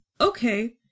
okay